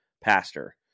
pastor